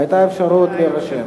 היתה אפשרות להירשם.